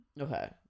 Okay